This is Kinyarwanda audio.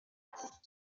y’abaturage